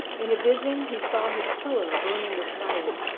in a vision he saw his pillow burning with fire.